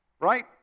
right